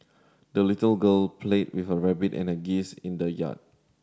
the little girl played with her rabbit and a geese in the yard